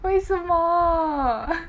为什么